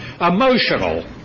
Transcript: Emotional